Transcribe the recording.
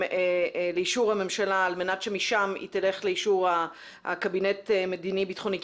לאישור הממשלה על מנת שמשם היא תלך לאישור הקבינט מדיני-ביטחוני?